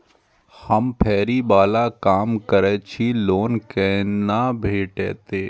हम फैरी बाला काम करै छी लोन कैना भेटते?